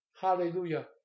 Hallelujah